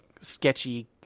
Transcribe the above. sketchy